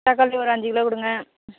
தக்காளி ஒரு அஞ்சு கிலோ கொடுங்க